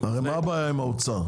הרי מה הבעיה עם האוצר?